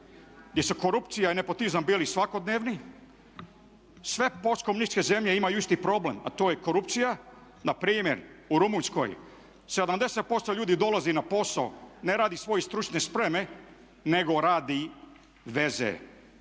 gdje su korupcija i nepotizam bili svakodnevni. Sve postkomunističke zemlje imaju isti problem a to je korupcija. Npr. u Rumunjskoj 70% ljudi dolazi na posao, ne radi svoje stručne spreme nego radi veze.